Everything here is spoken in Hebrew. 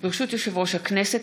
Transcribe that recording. ברשות יושב-ראש הכנסת,